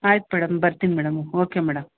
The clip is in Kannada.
ಆಯ್ತು ಮೇಡಮ್ ಬರ್ತೀನಿ ಮೇಡಮ್ ಓಕೆ ಮೇಡಮ್